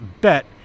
bet